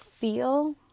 feel